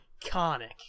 iconic